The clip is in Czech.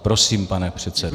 Prosím, pane předsedo.